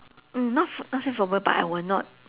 mm not ph~ not say phobia but I will not